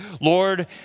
Lord